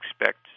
expect